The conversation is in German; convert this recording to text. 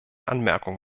anmerkung